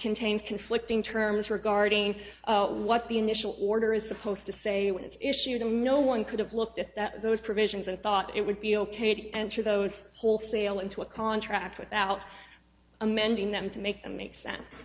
contains conflicting terms regarding what the initial order is supposed to say when it's issued and no one could have looked at those provisions and thought it would be ok to enter those wholesale into a contract without amending them to make them make sense